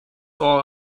all